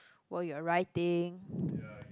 while you're writing